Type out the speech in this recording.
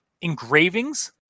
engravings